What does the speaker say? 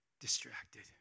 distracted